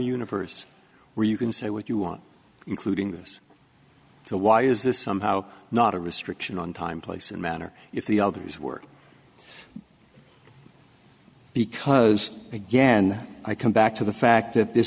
universe where you can say what you want including this to why is this somehow not a restriction on time place and manner if the others were because again i come back to the fact that this